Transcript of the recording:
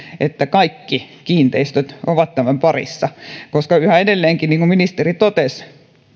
että kaikki kiinteistöt ovat tämän piirissä nimittäin yhä edelleenkin niin kuin ministeri totesi